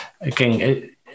Again